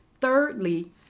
Thirdly